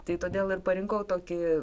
tai todėl ir parinkau tokį